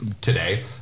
today